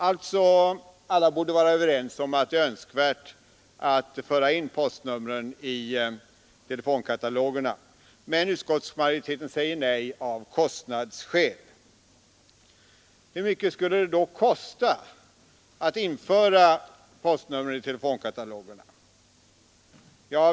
Alla borde alltså vara överens om att det är önskvärt att föra in postnumren i telefonkatalogerna, men utskottsmajoriteten säger nej av kostnadsskäl. Hur mycket skulle det då kosta att införa postnummer i telefonkatalogerna?